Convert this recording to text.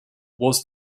was